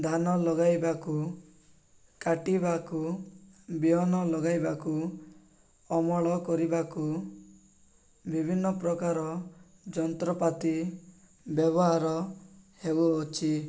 ଧାନ ଲଗାଇବାକୁ କାଟିବାକୁ ବିହନ ଲଗାଇବାକୁ ଅମଳ କରିବାକୁ ବିଭିନ୍ନ ପ୍ରକାର ଯନ୍ତ୍ରପାତି ବ୍ୟବହାର ହେଉଅଛି